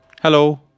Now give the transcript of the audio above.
Hello